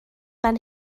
fan